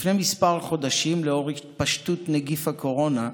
לפני כמה חודשים, לנוכח התפשטות נגיף הקורונה,